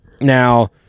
now